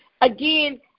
Again